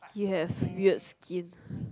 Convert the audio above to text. we have weird skin